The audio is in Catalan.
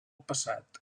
passat